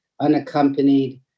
unaccompanied